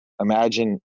imagine